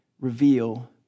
reveal